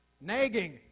Nagging